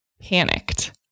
panicked